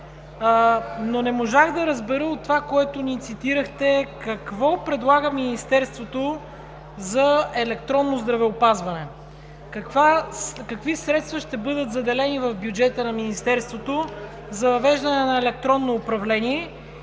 но не можах да разбера от това, което ни цитирахте, какво предлага Министерството за електронно здравеопазване, какви средства ще бъдат заделени в бюджета на Министерството за въвеждане на електронно управление